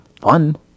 fun